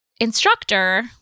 instructor